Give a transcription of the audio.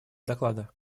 доклада